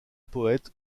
poète